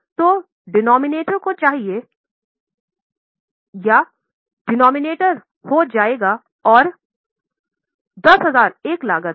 तो 4 भाजक हो जाएगा औऱ 10000 एक लागत है